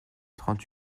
trente